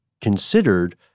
considered